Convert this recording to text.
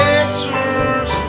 answers